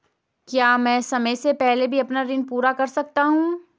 क्या मैं समय से पहले भी अपना ऋण पूरा कर सकता हूँ?